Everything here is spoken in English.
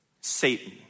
Satan